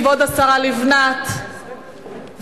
כבוד השרה לבנת, זה